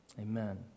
Amen